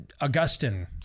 Augustine